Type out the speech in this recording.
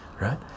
right